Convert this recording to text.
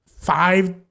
five